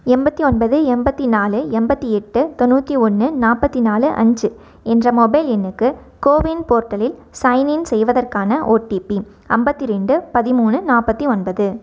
எண்பத்தி ஒன்பது எண்பத்தி நாலு எண்பத்தி எட்டு தொண்ணூற்றி ஒன்று நாற்பத்தி நாலு அஞ்சு என்ற மொபைல் எண்ணுக்கு கோவின் போர்ட்டலில் சைன்இன் செய்வதற்கான ஓடிபி ஐம்பத்தி ரெண்டு பதிமூணு நாற்பத்தி ஒன்பது